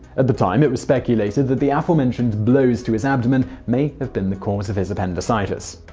at the time, it was speculated that the aforementioned blows to his abdomen may have been the cause of his appendicitis.